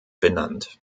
benannt